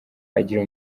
agira